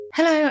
Hello